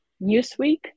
Newsweek